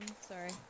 sorry